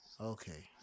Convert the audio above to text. Okay